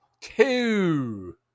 two